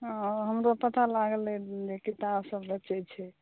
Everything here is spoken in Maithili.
हॅं हमरो पता लागल रहै जे किताब सभ बेचै छी